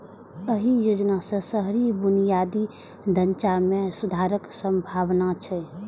एहि योजना सं शहरी बुनियादी ढांचा मे सुधारक संभावना छै